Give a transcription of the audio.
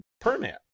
permit